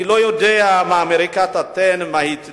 אני לא יודע מה אמריקה תיתן